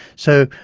so,